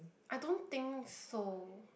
I don't think so